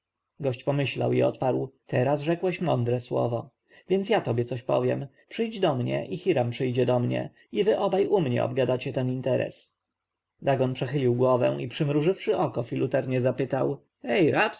gość pomyślał i odparł teraz rzekłeś mądre słowo więc ja tobie coś powiem przyjdź do mnie i hiram przyjdzie do mnie i wy obaj u mnie obgadacie ten interes dagon przechylił głowę i przymrużywszy oko filuternie zapytał ej rabsun